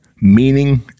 meaning